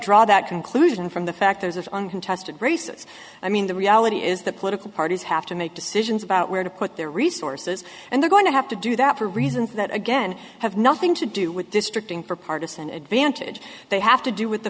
draw that conclusion from the factors of uncontested races i mean the reality is that political parties have to make decisions about where to put their resources and they're going to have to do that for reasons that again have nothing to do with destructing for partisan advantage they have to do with the